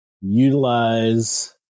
utilize